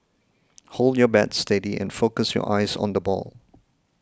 hold your bat steady and focus your eyes on the ball